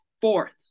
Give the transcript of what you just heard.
fourth